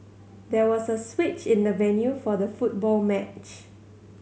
there was a switch in the venue for the football match